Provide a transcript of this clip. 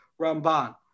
Ramban